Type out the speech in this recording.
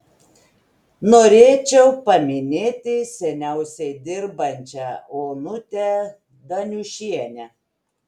norėčiau paminėti seniausiai dirbančią onutę daniušienę